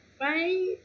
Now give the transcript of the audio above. right